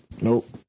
Nope